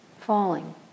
falling